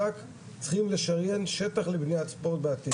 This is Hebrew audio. רק צריכים לשריין שטח לבניה בעתיד.